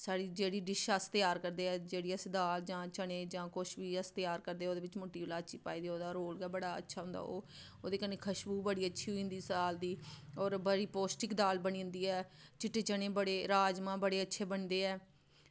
साढ़ी जेह्ड़ी डिश ऐ अस त्यार करदे जेह्ड़ी असें दाल चने दी जां कुछ त्यार करदे ते ओह्दे च मुट्टी इलाची पाई लैओ ओह्दा रोल गै बड़ा अच्छा होंदा ओह् ओह्दे कन्नै खुश्बू बड़ी अच्छी होई जंदी दाल दी होर बड़ी पौष्टिक दाल बनी जंदी ऐ चिट्टे चने बड़े राजमांह् बड़े अच्छे बनदे ऐ